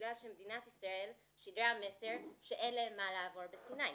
שמדינת ישראל שידרה מסר שאין להם מה לעשות בסיני.